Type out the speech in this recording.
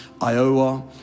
Iowa